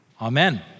Amen